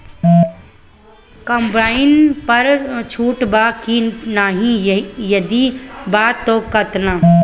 Combine पर छूट बा की नाहीं यदि बा त केतना?